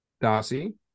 Darcy